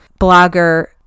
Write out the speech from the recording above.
blogger